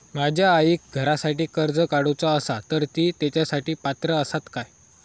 माझ्या आईक घरासाठी कर्ज काढूचा असा तर ती तेच्यासाठी पात्र असात काय?